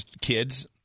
kids